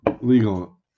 legal